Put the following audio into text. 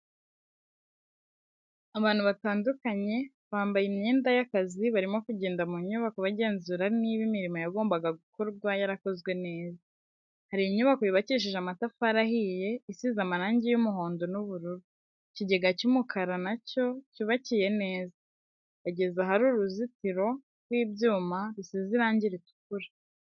Abantu batandukanye bambaye imyenda y'akazi barimo kugenda mu nyubako bagenzura niba imirimo yagombaga gukorwa yarakozwe neza, hari inyubako yubakishije amatafari ahiye isize amarangi y'umuhondo n'ubururu, ikigega cy'umukara na cyo cyubakiye neza, bageze ahari uruzitiro rw'ibyuma rusize irangi ritukura.